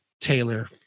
Taylor